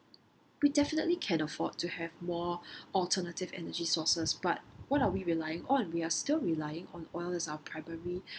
we definitely can afford to have more alternative energy sources but what are we relying on we are still relying on oil as our primary